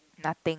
nothing